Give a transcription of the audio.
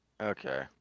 Okay